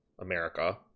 America